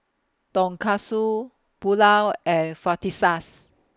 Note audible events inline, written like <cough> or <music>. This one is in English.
Tonkatsu Pulao and <unintelligible>